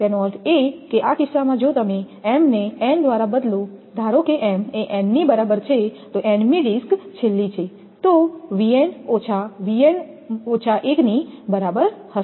તેનો અર્થ એ કે આ કિસ્સામાં જો તમે m ને n દ્વારા બદલો ધારો કે m એ n ની બરાબર છે તો n મી ડિસ્ક છેલ્લી છે તો 𝑣𝑛 𝑉𝑛ની બરાબર હશે